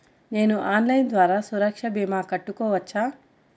నేను ఆన్లైన్ ద్వారా సురక్ష భీమా కట్టుకోవచ్చా?